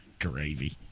Gravy